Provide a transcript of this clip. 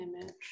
image